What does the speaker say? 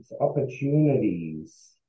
opportunities